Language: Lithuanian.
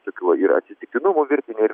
tokių ir atsitiktinumų virtinė ir